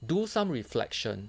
do some reflection